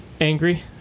Angry